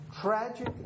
tragic